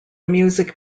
music